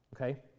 Okay